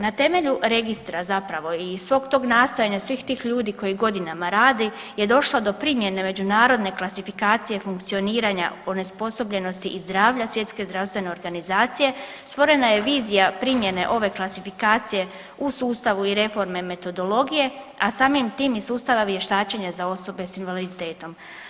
Na temelju registra zapravo i svog tog nastojanja svih tih ljudi koji godinama radi je došlo do primjene međunarodne klasifikacije funkcioniranja onesposobljenosti i zdravlja Svjetske zdravstvene organizacije, stvorena je vizija primjene ove klasifikacije u sustavu i reforme metodologije, a samim tim i sustava vještačenja za osobe s invaliditetom.